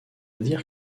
dire